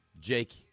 Jake